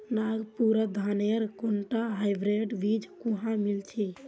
नागपुरत धानेर कुनटा हाइब्रिड बीज कुहा मिल छ